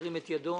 ירים את ידו.